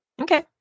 Okay